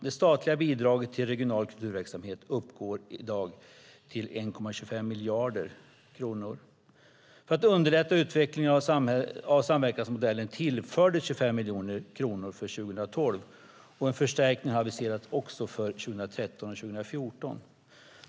Det statliga bidraget till regional kulturverksamhet uppgår i dag till 1,28 miljarder kronor. För att underlätta utvecklingen av samverkansmodellen tillfördes 25 miljoner kronor för 2012, och en förstärkning har aviserats även för 2013 och 2014.